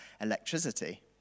electricity